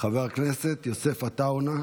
חבר הכנסת יוסף עטאונה,